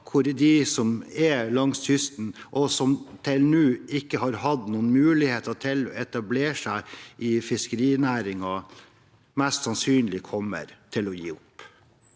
hvor de som er langs kysten, og som til nå ikke har hatt noen muligheter til å etablere seg i fiskerinæringen, mest sannsynlig kommer til å gi opp.